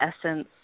essence